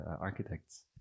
architects